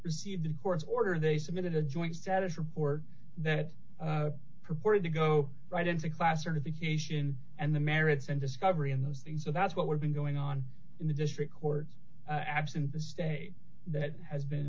received a court order they submitted a joint status report that purported to go right into class certification and the merits and discovery in those being so that's what we've been going on in the district court absent the state that has been